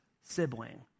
sibling